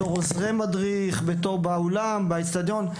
בתוך עוזרי מדריך, באולם או באצטדיון.